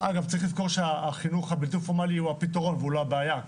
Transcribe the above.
צריך לזכור שהחינוך הבלתי פורמלי הוא הפתרון ולא הבעיה.